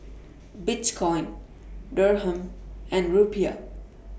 Bitcoin Dirham and Rupiah